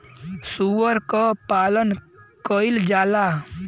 सूअर क पालन कइल जाला